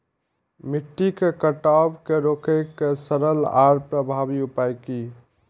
मिट्टी के कटाव के रोके के सरल आर प्रभावी उपाय की?